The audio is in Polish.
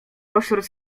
pośród